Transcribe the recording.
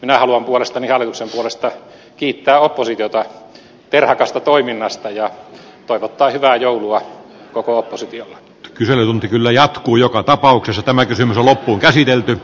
minä haluan puolestani hallituksen puolesta kiittää oppositiota terhakasta toiminnasta ja toivottaa hyvää joulua koko oppositio kyselytunti kyllä jatkuu joka tapauksessa tämä kysymys on oppositiolle